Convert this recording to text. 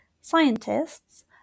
scientists